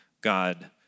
God